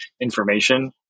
information